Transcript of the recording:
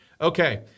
Okay